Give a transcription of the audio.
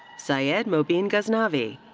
syed mobeen ghaznavi.